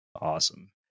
Awesome